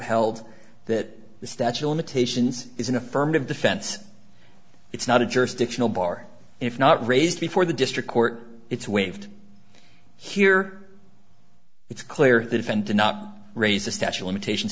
held that the statue limitations is an affirmative defense it's not a jurisdictional bar if not raised before the district court it's waived here it's clear that if and to not raise the statue imitations